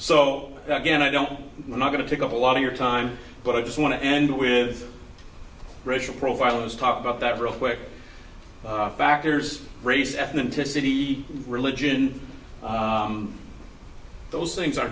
so again i don't i'm not going to pick up a lot of your time but i just want to end with racial profiling as talk about that real quick factors race ethnicity religion those things are